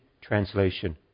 translation